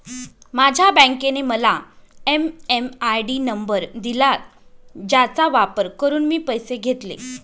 माझ्या बँकेने मला एम.एम.आय.डी नंबर दिला ज्याचा वापर करून मी पैसे घेतले